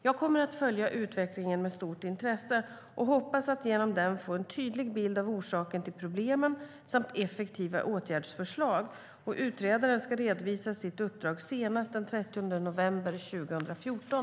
Jag kommer att följa utredningen med stort intresse och hoppas att genom den få en tydlig bild av orsaken till problemen samt effektiva åtgärdsförslag. Utredaren ska redovisa sitt uppdrag senast den 30 november 2014.